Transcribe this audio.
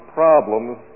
problems